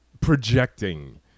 projecting